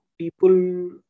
people